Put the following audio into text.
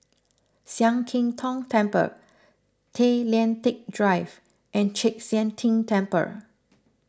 Sian Keng Tong Temple Tay Lian Teck Drive and Chek Sian Tng Temple